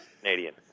Canadian